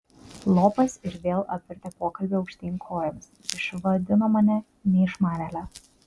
lopas ir vėl apvertė pokalbį aukštyn kojomis išvadino mane neišmanėle